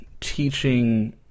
teaching